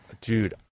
Dude